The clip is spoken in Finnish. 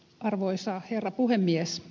arvoisa herra puhemies